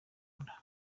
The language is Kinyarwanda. nda